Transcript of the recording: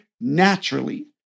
naturally